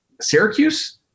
Syracuse